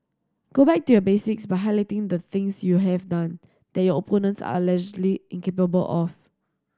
go back to basics by highlighting the things you have done that your opponents are allegedly incapable of